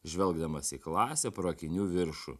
žvelgdamas į klasę pro akinių viršų